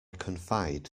confide